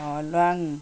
ल्वाङ